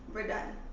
we're done.